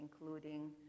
including